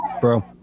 bro